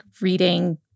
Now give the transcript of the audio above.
reading